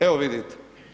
Evo vidite.